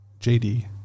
JD